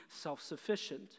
self-sufficient